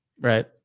Right